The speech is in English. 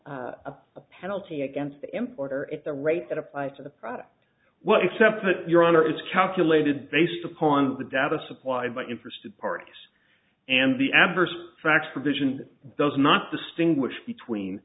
a penalty against the importer at the rate that applies to the product what except that your honor is calculated based upon the data supplied by interested parties and the adverse tracks provision does not distinguish between